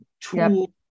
tool